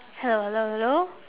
hello hello hello